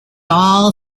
all